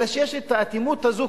אלא שיש האטימות הזאת,